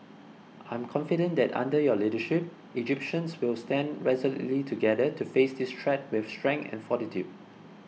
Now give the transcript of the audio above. I am confident that under your leadership Egyptians will stand resolutely together to face this threat with strength and fortitude